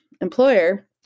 employer